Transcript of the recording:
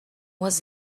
was